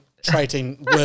trading